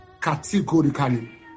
categorically